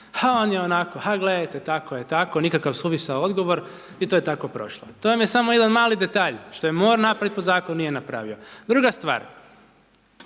on je onako, ha gledajte tako je, tako, nikakav suvisao odgovor i to je tako prošlo. To vam je samo jedan mali detalj što je morao napraviti po zakonu, nije napravio. Druga stvar,